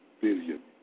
billion